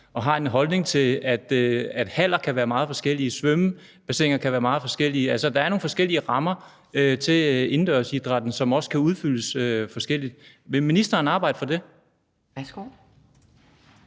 og har en holdning til, at haller kan være meget forskellige, svømmebassiner kan være meget forskellige. Altså, der er nogle forskellige rammer for indendørsidrætten, som også kan udfyldes forskelligt. Vil ministeren arbejde for det? Kl.